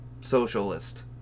socialist